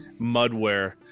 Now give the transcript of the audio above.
mudware